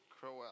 Crowell